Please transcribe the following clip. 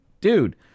Dude